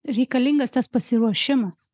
reikalingas tas pasiruošimas